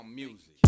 music